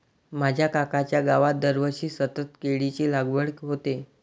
माझ्या काकांच्या गावात दरवर्षी सतत केळीची लागवड होते